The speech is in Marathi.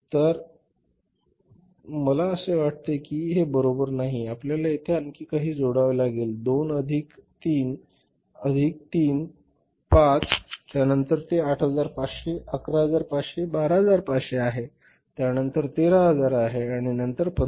तर परंतु मला असे वाटते की हे बरोबर नाही आपल्याला येथे आणखी काही जोडावे लागेल हे 2 अधिक 3 अधिक 3 5 त्यानंतर ते 8500 11500 12500 आहे त्यानंतर 13000 आहे आणि नंतर 15000